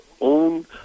own